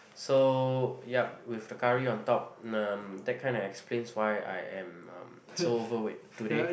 so yup with the curry on top um that kinda explains why I am um so overweight today